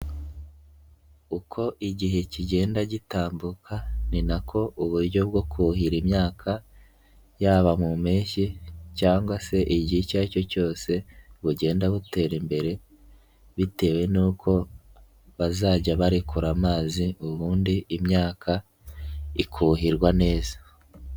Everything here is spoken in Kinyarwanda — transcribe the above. ko igihe kigenda gitambuka, ni nako uburyo bwo kuhira imyaka yaba mu mpeshyi, cyangwa se igihe icyo aricyo cyose, bugenda butera imbere bitewe n'uko bazajya barekura amazi ubundi imyaka ikuhirwa neza.